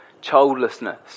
childlessness